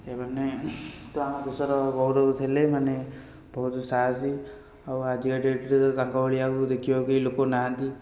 ଏମାନେ ତ ଆମ ଦେଶର ଗୌରବ ଥିଲେ ଏମାନେ ବହୁତ ସାହାସୀ ଆଉ ଆଜିକା ଡେଟ୍ରେ ତାଙ୍କ ଭଳି ଆଉ ଦେଖିବାକୁ କେହି ଲୋକ ନାହାନ୍ତି